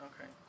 Okay